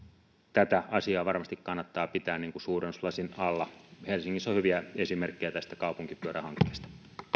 tätä asiaa varmasti kannattaa pitää suurennuslasin alla helsingissä on hyviä esimerkkejä tästä kaupunkipyörähankkeesta